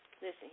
listen